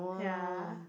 ya